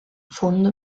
fondo